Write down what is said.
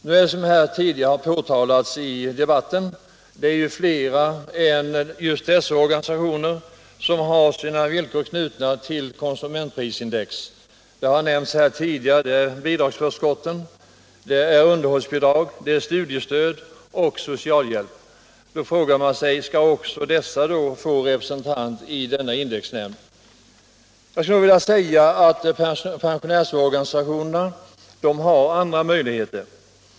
Nu är det, som tidigare erinrats om här i debatten, flera än just dessa organisationer som har sina villkor knutna till konsumentprisindex. Det har nämnts här tidigare. Det är fråga om bidragsförskotten, underhållsbidrag, studiestöd och socialhjälp. Då frågar man sig om dessa också skall få representanter i denna indexnämnd. Jag skulle vilja säga att pensionärsorganisationerna har andra möjligheter.